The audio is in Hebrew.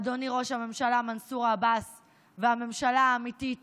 אדוני ראש הממשלה מנסור עבאס והממשלה האמיתית